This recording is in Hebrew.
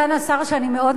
שאני מאוד מעריכה,